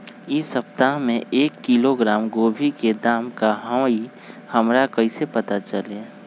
इ सप्ताह में एक किलोग्राम गोभी के दाम का हई हमरा कईसे पता चली?